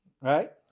Right